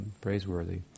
praiseworthy